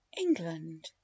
England